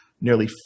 nearly